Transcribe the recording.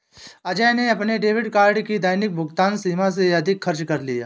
अजय ने अपने debit card की दैनिक भुगतान सीमा से अधिक खर्च कर दिया